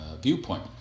viewpoint